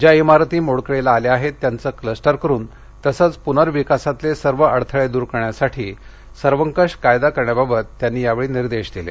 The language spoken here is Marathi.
ज्या ीरती मोडकळीला आल्या आहेत त्यांचे क्लस्टर करून तसंच पुनर्विकासातले सर्व अडथळे द्र करण्यासाठी सर्वकष कायदा करण्याबाबत मुख्यमंत्र्यांनी यावेळी निर्देश दिले